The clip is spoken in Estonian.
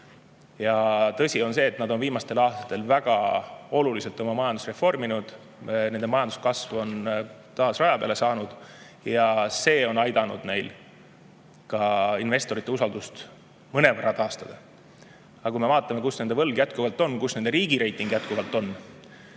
Tõsi on see, et nad on viimastel aastatel väga oluliselt oma majandust reforminud. Nende majanduskasv on taas raja peale saanud ja see on aidanud neil ka investorite usaldust mõnevõrra taastada. Aga kui me vaatame, kus nende võlg jätkuvalt on, kus nende riigireiting jätkuvalt on,